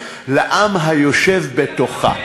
לעם היושב בתוכה.